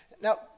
now